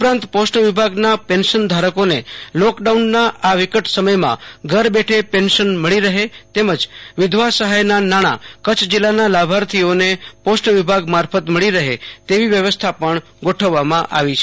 ઉપરાંત પોસ્ટ વિભાગનો પેન્શન ધારકોને લોકડાઉનના આ વિકટ સમયમાં ઘર બેઠે પન્શન મ ળી રહે તેમજ વિધવા સહાયના નાણાં કચ્છ જિલ્લાના લાભાર્થીઓને પોસ્ટ વિભાગ મારફત મળી રહે તે વી વ્યવસ્થા પણ ગોઠવવામાં આવી છે